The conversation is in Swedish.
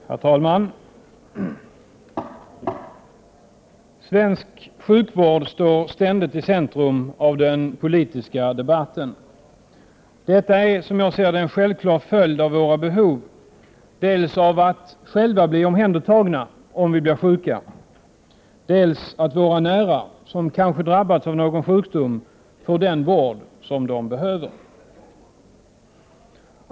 Herr talman! Svensk sjukvård står ständigt i centrum av den politiska debatten. Detta är, som jag ser det, en självklar följd av våra behov dels att själva bli omhändertagna om vi blir sjuka, dels att våra nära, som kanske drabbas av någon sjukdom, får den vård de behöver.